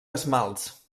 esmalts